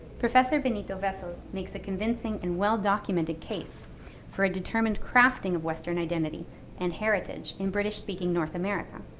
professor benito-vessels makes a convincing and well-documented case for a determined crafting of western identity and heritage in british-speaking north america,